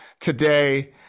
today